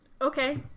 Okay